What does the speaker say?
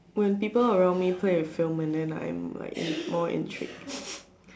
when people around me play a film and then like I'm like more intrude